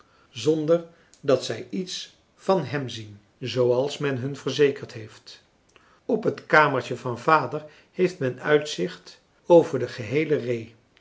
zonder dat zij iets van hém zien zooals men hun verzekerd heeft op het kamertje van vader heeft men uitzicht over de geheele ree